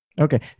Okay